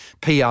PR